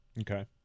Okay